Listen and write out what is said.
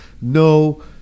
no